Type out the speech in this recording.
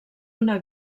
una